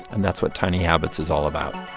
and that's what tiny habits is all about